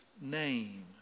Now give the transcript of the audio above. name